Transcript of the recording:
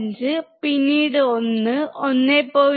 5 പിന്നെ 1 1